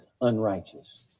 unrighteous